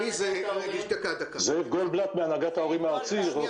אני מהנהגת ההורים הארצית.